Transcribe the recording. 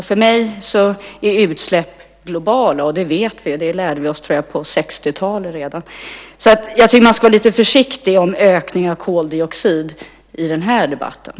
För mig är utsläpp globala. Vi vet att det är så. Det lärde vi oss redan på 60-talet. Jag tycker att man ska vara lite försiktig när man pratar om ökningen av koldioxid i den här debatten.